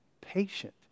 patient